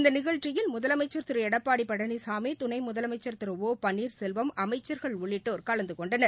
இந்த நிகழ்ச்சியில் முதலமைச்சர் திரு எடப்பாடி பழனிசாமி துணை முதலமைச்சர் திரு ஒ பன்னீர்செல்வம் அமைச்சர்கள் உள்ளிட்டோர் கலந்துகொண்டனர்